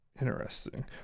Interesting